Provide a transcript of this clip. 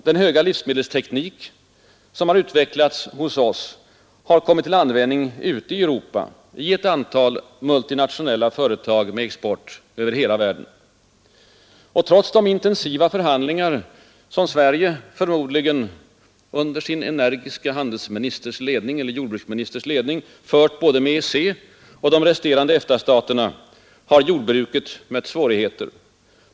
Den höga livsmedelsteknik som har utvecklats hos oss har kommit till användning ute i Europa i ett antal multinationella företag med export över hela världen. Trots de intensiva förhandlingar som Sverige under sin energiska jordbruksministers ledning fört både med EEC och de resterande EFTA-staterna har jordbruket mött svårigheter.